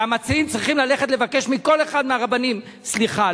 והמציעים צריכים ללכת לבקש מכל אחד מהרבנים סליחה.